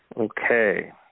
Okay